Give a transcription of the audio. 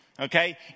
Okay